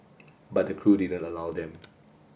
but the crew didn't allow them